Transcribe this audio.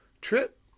trip